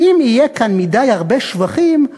אם יהיו כאן מדי הרבה שבחים,